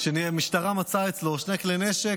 שהמשטרה מצאה אצלו שני כלי נשק,